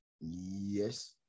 Yes